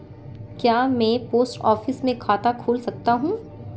क्या मैं post office में खाता खोल सकता हूँ?